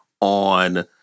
on